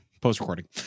post-recording